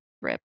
Rip